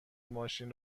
ماشین